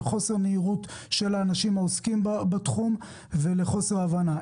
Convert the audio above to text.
לחוסר בהירות של האנשים העוסקים בתחום ולחוסר הבנה.